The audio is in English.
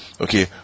okay